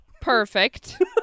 Perfect